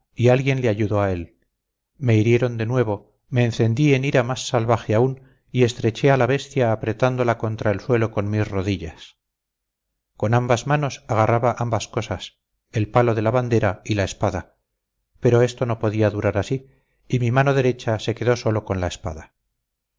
y alguien le ayudó a él me hirieron de nuevo me encendí en ira más salvaje aún y estreché a la bestia apretándola contra el suelo con mis rodillas con ambas manos agarraba ambas cosas el palo de la bandera y la espada pero esto no podía durar así y mi mano derecha se quedó sólo con la espada